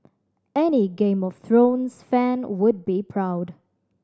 any Game of Thrones fan would be proud